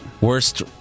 Worst